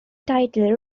title